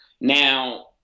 now